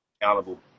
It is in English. Accountable